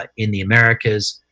ah in the americas,